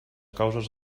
causes